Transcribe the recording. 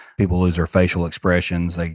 people lose their facial expressions. like